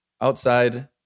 outside